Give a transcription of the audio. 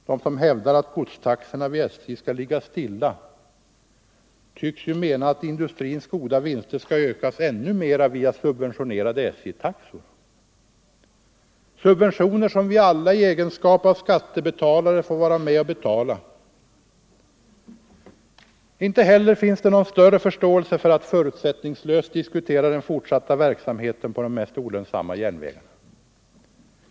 De som hävdar att godstaxorna vid SJ skall ligga stilla tycks mena att industrins goda vinster skall ökas ytterligare via subventionerade SJ-taxor — subventioner som vi alla i egenskap av skattebetalare får vara med att betala. Inte heller finns det någon större förståelse för att förutsättningslöst diskutera den fortsatta verksamheten på de mest olönsamma järnvägarna.